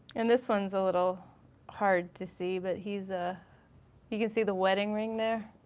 and this one's a little hard to see but he's, ah you can see the wedding ring there.